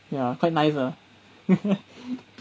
ya quite nice ah